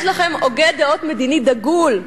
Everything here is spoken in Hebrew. יש לכם הוגה מדיני דגול,